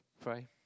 pray